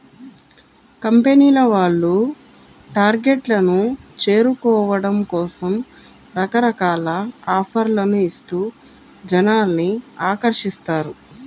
కంపెనీల వాళ్ళు టార్గెట్లను చేరుకోవడం కోసం రకరకాల ఆఫర్లను ఇస్తూ జనాల్ని ఆకర్షిస్తారు